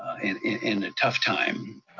and in a tough time.